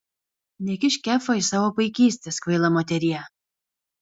nekišk kefo į savo paikystes kvaila moterie